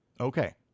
Okay